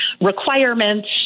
requirements